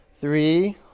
three